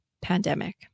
pandemic